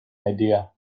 idea